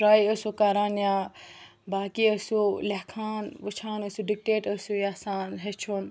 try ٲسِو کَران یا باقٕے ٲسِو لیٚکھان وٕچھان ٲسِو ڈِکٹیٹ ٲسِو یَژھان ہیٚچھُن